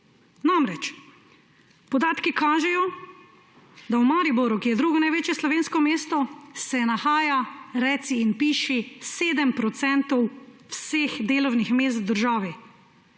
Namreč podatki kažejo, da v Mariboru, ki je drugo največje slovensko mesto, se nahaja, reci in piši, 7 % vseh delovnih mest v državi.